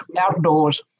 outdoors